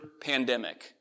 pandemic